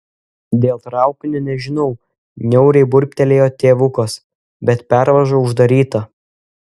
dėl traukinio nežinau niauriai burbtelėjo tėvukas bet pervaža uždaryta